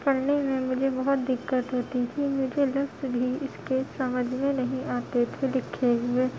پڑھنے میں مجھے بہت دقت ہوتی تھی مجھے لفظ بھی اس کے سمجھ میں نہیں آتے تھے لکھے ہوئے